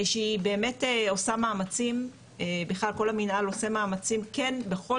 שהיא באמת עושה מאמצים בכלל כל המינהל עושה מאמצים כן בכל